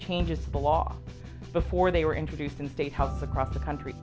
changes the law before they were introduced in state houses across the country